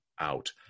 out